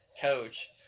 coach